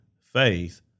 faith